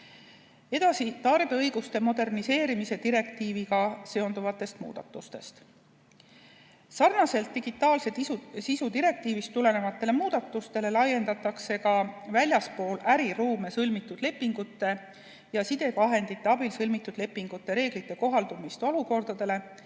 Edasi tarbijaõiguste moderniseerimise direktiiviga seonduvatest muudatustest. Sarnaselt digitaalse sisu direktiivist tulenevate muudatustega laiendatakse ka väljaspool äriruume sõlmitud lepingute ja sidevahendite abil sõlmitud lepingute reeglite kohaldumist olukordades,